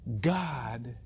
God